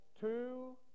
two